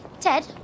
ted